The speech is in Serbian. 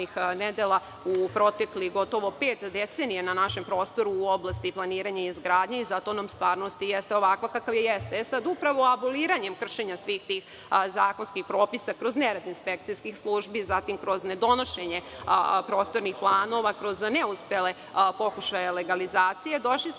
u proteklih gotovo pet decenija na našem prostoru u oblasti planiranja i izgradnje i zato nam stvarnost i jeste ovakva kakva je. Upravo aboliranjem kršenja svih tih zakonskih propisa, kroz nerad inspekcijskih službi, kroz nedonošenje prostornih planova, kroz neuspele pokušaje legalizacije, došli smo